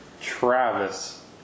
Travis